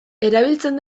erabiltzen